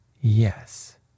Yes